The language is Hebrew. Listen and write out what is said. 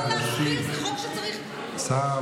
סיוע.